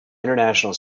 international